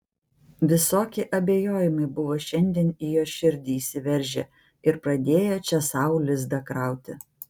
visokie abejojimai buvo šiandien į jos širdį įsiveržę ir pradėję čia sau lizdą krauti